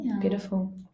beautiful